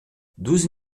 douze